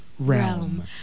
Realm